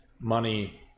money